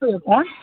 کون